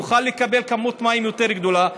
יוכל לקבל כמות מים יותר גדולה.